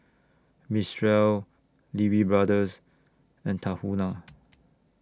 Mistral Lee Wee Brothers and Tahuna